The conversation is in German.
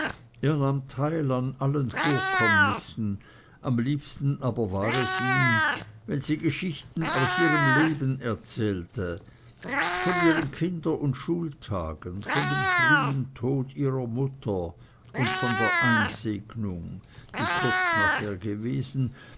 an allen vorkommnissen am liebsten aber war es ihm wenn sie geschichten aus ihrem leben erzählte von ihren kinder und schultagen von dem frühen tod ihrer mutter und von der einsegnung die kurz nachher gewesen